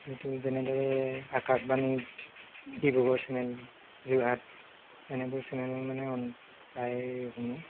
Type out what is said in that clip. এইটো যেনেদৰে আকাশবাণী ডিব্ৰুগড় চেনেল যোৰহাট এনেবোৰ চেনেল মানে প্ৰায়ে শুনোঁ